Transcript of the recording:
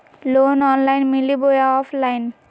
Loan online मिली बोया offline?